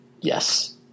Yes